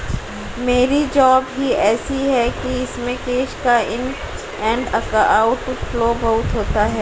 मेरी जॉब ही ऐसी है कि इसमें कैश का इन एंड आउट फ्लो बहुत होता है